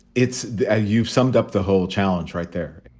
it's a you've summed up the whole challenge right there.